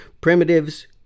Primitives